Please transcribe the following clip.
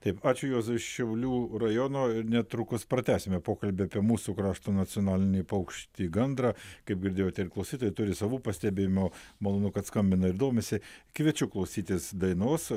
taip ačiū juozui šiaulių rajono ir netrukus pratęsime pokalbį apie mūsų krašto nacionalinį paukštį gandrą kaip girdėjote ir klausytojai turi savų pastebėjimų malonu kad skambina ir domisi kviečiu klausytis dainos